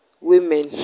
women